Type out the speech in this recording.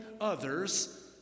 others